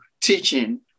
teaching